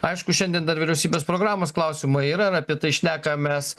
aišku šiandien dar vyriausybės programos klausimai yra ir apie tai šnekamės